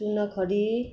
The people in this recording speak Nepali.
सुनखरी